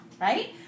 right